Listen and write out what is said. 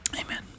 Amen